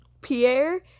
Pierre